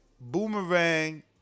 Boomerang